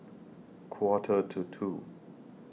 Quarter to two